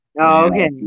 okay